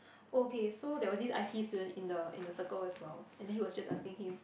okay so there was this I_T_E student in the in the circle as well and then he was just asking him